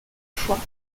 foi